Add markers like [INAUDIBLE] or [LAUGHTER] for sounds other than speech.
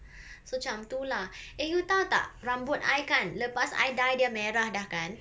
[BREATH] so macam tu lah eh you tahu tak rambut I kan lepas I dye dia merah dah kan